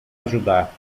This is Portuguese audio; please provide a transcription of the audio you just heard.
ajudar